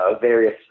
various